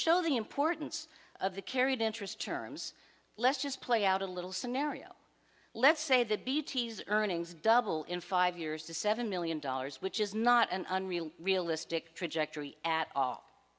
show the importance of the carried interest terms let's just play out a little scenario let's say the bts earnings double in five years to seven million dollars which is not an unreal realistic trajectory at all